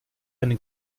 eine